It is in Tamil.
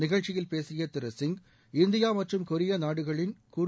நிகழ்ச்சியில் பேசிய திரு சிங் இந்தியா மற்றும் கொரியா நாடுகளின் குறு